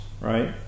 right